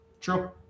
True